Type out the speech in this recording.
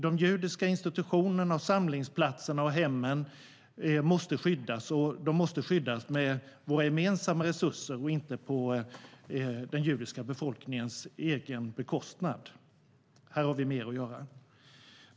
De judiska institutionerna, samlingsplatserna och hemmen måste skyddas, och de måste skyddas med våra gemensamma resurser, inte på den judiska befolkningens egen bekostnad. Här har vi mer att göra.